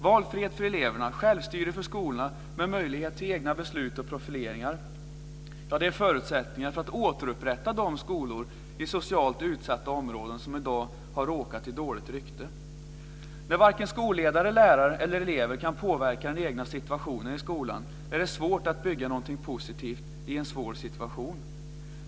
Valfrihet för eleverna och självstyre för skolorna, med möjlighet till egna beslut och profileringar, är förutsättningar för att återupprätta de skolor i socialt utsatta områden som i dag har råkat i dåligt rykte. När varken skolledare, lärare eller elever kan påverka den egna situationen i skolan är det svårt att bygga någonting positivt i en svår situation.